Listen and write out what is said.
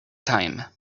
time